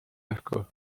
õhku